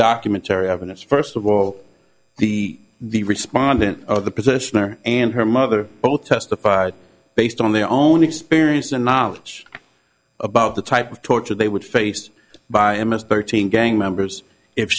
documentary evidence first of all the the respondent of the position or and her mother both testified based on their own experience and knowledge about the type of torture they would face by him as thirteen gang members if